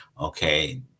Okay